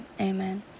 amen